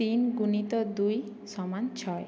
তিন গুণিত দুই সমান ছয়